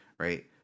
Right